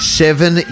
Seven